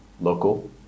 local